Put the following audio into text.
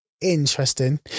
interesting